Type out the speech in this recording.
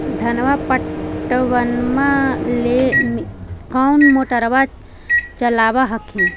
धनमा पटबनमा ले कौन मोटरबा चलाबा हखिन?